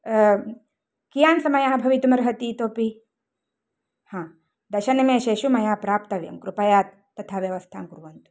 कियान् समयः भवितुम् अर्हति इतोपि हा दशनिमेषेषु मया प्राप्तव्यं कृपया तथा व्यवस्थां कुर्वन्तु